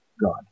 God